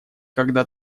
когда